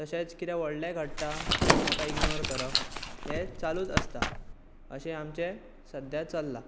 तशेंच कितें व्हडलें घडटा ताका इगनोर करप हें चालूच आसता अशें आमचें सद्या चल्लां